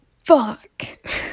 Fuck